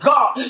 God